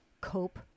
cope